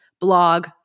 blog